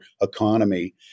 economy